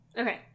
Okay